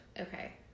Okay